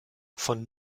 von